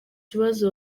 kibazo